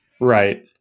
Right